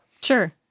Sure